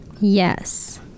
Yes